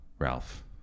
Ralph